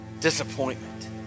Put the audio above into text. disappointment